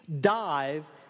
dive